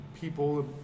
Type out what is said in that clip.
people